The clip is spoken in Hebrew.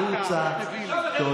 בושה.